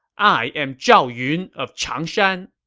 i am zhao yun of changshan!